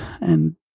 And-